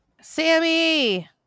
Sammy